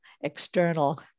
external